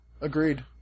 Agreed